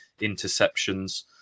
interceptions